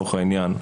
לצורך העניין.